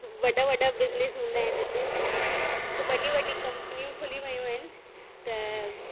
वॾा वॾा बिज़निस हूंदा इते वॾियूं कंपनियूं ख़ुली वयूं आहिनि त